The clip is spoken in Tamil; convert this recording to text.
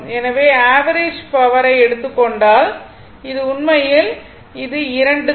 எனவே ஆவரேஜ் பவரை எடுத்துக் கொண்டால் இது உண்மையில் இது 2 தான்